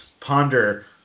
ponder